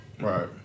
Right